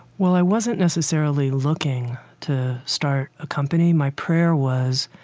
well, i wasn't necessarily looking to start a company. my prayer was,